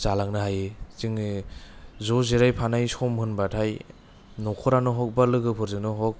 जालांनो हायो जोङो ज' जिरायफानाय सम होनबाथाय नखरानो हग बा लोगोफोरजोंनो हग